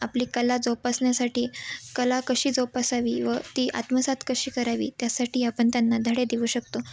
आपली कला जोपासण्यासाठी कला कशी जोपासावी व ती आत्मसात कशी करावी त्यासाठी आपण त्यांना धडे देऊ शकतो